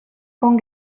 con